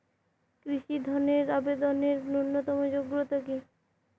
কৃষি ধনের আবেদনের ন্যূনতম যোগ্যতা কী?